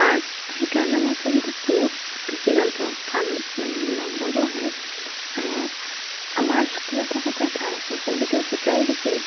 art সেইকাৰণে মই ছবিটো মই বহুত বেছি ভাল পাওঁ ভাল নম্বৰো আহে আৰু আমাৰ স্কুলত থাকোঁতে ভালকৈ ছবিটো শিকাইও দিছিল